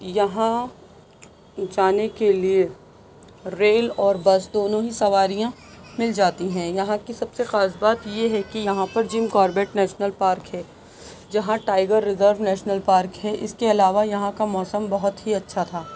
یہاں جانے کے لیے ریل اور بس دونوں ہی سواریاں مل جاتی ہیں یہاں کی سب سے خاص بات یہ ہے کہ یہاں پر جم کوربٹ نیسنل پارک ہے جہاں ٹائگر ریزرب نینشل پارک ہے اِس کے علاوہ یہاں کا موسم بہت ہی اچھا تھا